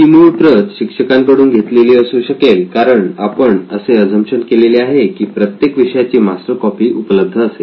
ती मूळ प्रत कदाचित शिक्षकांकडून घेतलेली असू शकेल कारण आपण असे अझम्पशन केलेले आहे की प्रत्येक विषयाची मास्टर कॉपी उपलब्ध असेल